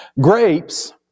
Grapes